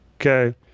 Okay